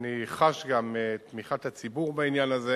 ואני חש גם את תמיכת הציבור בעניין הזה.